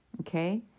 Okay